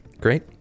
great